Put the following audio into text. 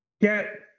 get